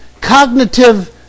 cognitive